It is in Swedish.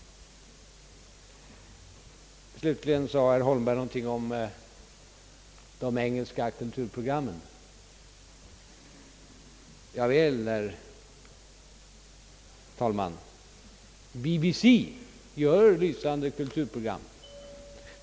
Herr Holmberg sade någonting om de engelska kulturprogrammen. Ja, BBC gör lysande kulturprogram.